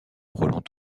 roland